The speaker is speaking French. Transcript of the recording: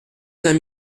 cinq